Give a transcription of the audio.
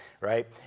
Right